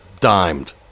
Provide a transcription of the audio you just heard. dimed